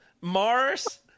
Mars